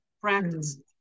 practice